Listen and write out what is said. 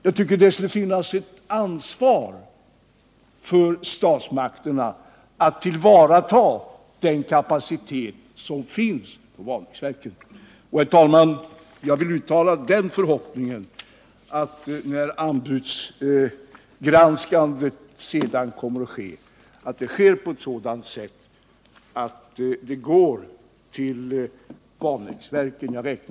Jag tycker det skulle finnas ett ansvar för statsmakterna att tillvarata den kapacitet som finns på Vanäsverken. Herr talman! Jag vill uttala den förhoppningen att anbudsgranskningen kommer att leda till att ordern går till Vanäsverken.